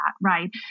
Right